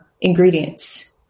ingredients